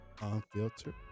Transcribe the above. unfiltered